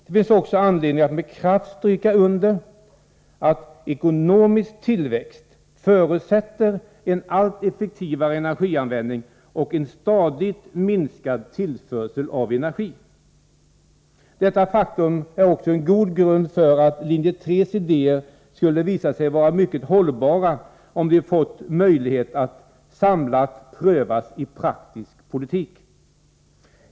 Det finns också anledning att med kraft stryka under att ekonomisk tillväxt förutsätter en allt effektivare energianvändning och en stadigt minskad tillförsel av energi. Detta faktum är också en god grund för att linje 3:s ideér skulle visat sig vara mycket hållbara om de fått möjlighet att samlade prövas i praktisk politik.